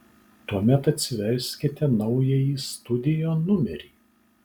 tuomet atsiverskite naująjį studio numerį